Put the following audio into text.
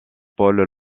paul